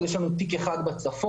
יש לנו תיק אחד בצפון,